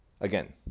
again